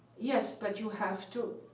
yes, but you have to